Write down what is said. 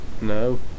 No